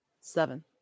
Seven